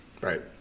right